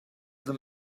them